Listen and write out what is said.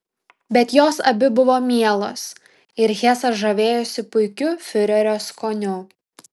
bet jos abi buvo mielos ir hesas žavėjosi puikiu fiurerio skoniu